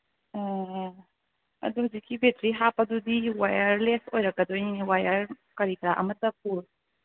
ꯑꯗꯨ ꯍꯧꯖꯤꯛꯀꯤ ꯕꯦꯇ꯭ꯔꯤ ꯍꯥꯞꯄꯗꯨꯗꯤ ꯋꯦꯌꯔꯂꯦꯁ ꯑꯣꯏꯔꯛꯀꯗꯣꯏꯅꯤ ꯋꯦꯌꯔ ꯀꯔꯤ ꯀꯔꯥ ꯑꯃꯠꯇ